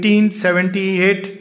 1878